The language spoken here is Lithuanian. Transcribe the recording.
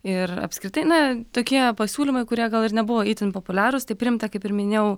ir apskritai na tokie pasiūlymai kurie gal ir nebuvo itin populiarūs tai priimta kaip ir minėjau